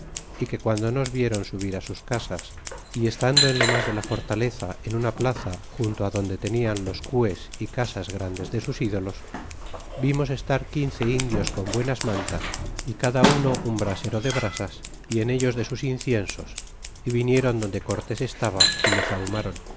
dia ti guando nos vieron subir á sus casas y estando en lo mas de la fortaleza en una plaza junto adonde tenian los caes é casas grandes de sus ídolos vimos estar quince indios con buenas mantas y cada uno un brasero de brasas y en ellos de sus inciensos y vinieron donde cortes estaba y